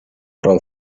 prou